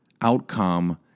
outcome